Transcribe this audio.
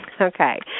Okay